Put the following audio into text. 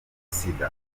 sida